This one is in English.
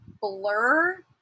blur